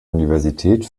universität